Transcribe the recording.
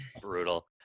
Brutal